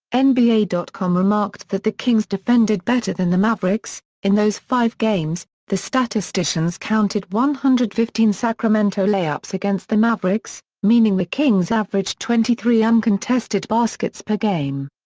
and nba dot com remarked that the kings defended better than the mavericks in those five games, the statisticians counted one hundred and fifteen sacramento layups against the mavericks, meaning the kings averaged twenty three uncontested baskets per game.